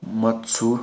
ꯃꯠꯝꯁꯨ